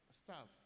staff